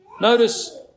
Notice